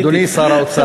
אדוני שר האוצר.